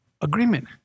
Agreement